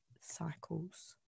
cycles